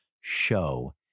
Show